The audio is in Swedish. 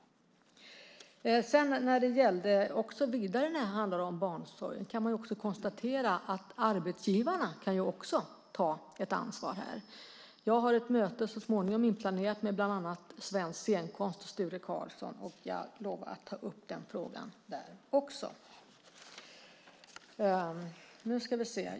När det vidare handlar om barnomsorgen kan man konstatera att arbetsgivarna också kan ta ett ansvar här. Jag har så småningom ett möte inplanerat med Svensk Scenkonst och Sture Carlsson. Jag lovar att ta upp den frågan där också.